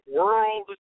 world